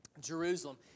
Jerusalem